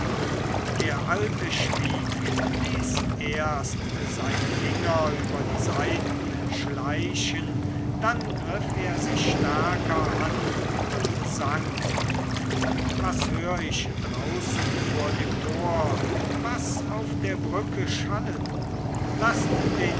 der alte schwieg ließ erst seine finger über die saiten schleichen dann griff er sie stärker an und sang was hör ich draußen vor dem tor was auf der brücke schallen laßt den